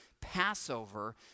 Passover